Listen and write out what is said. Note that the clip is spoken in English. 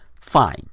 fine